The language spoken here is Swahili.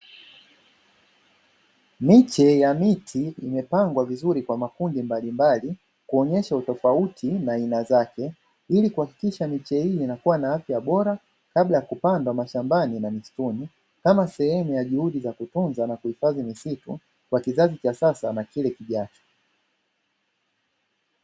Miche ya miti imepangwa vizuri kwa makundi mbalimbali kuonyesha utofauti na aina zake ili kuhakikisha miche hii inakuwa na afya bora kabla ya kupandwa mashambi na misituni, kama sehemu ya juhudi za kutunza na kuhifadhi misitu kwa kizazi cha sasa na kile kijacho.